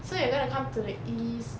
so you're gonna come to the east